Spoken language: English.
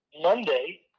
Monday